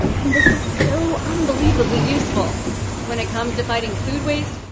and this is so unbelievably useful when it comes to fighting food waste,